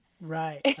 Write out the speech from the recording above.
right